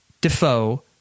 Defoe